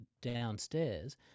downstairs